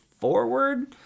forward